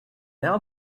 now